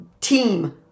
team